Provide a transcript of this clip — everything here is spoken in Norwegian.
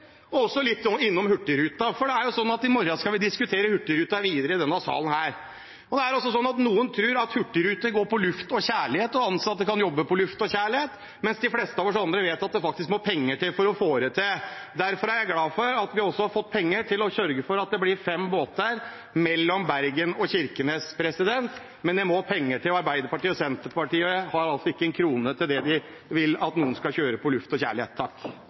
også å komme litt innom hurtigruta, for i morgen skal vi diskutere hurtigruta videre i denne salen. Noen tror at hurtigruta går på luft og kjærlighet, og at ansatte kan jobbe for luft og kjærlighet, mens de fleste av oss andre vet at det faktisk må penger til for å få det til. Derfor er jeg glad for at vi også har fått penger til å sørge for at det blir fem båter mellom Bergen og Kirkenes. Men det må penger til, og Arbeiderpartiet og Senterpartiet har altså ikke en krone til det, de vil at noen skal kjøre på luft og